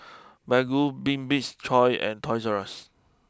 Baggu Bibik's choice and Toys Rus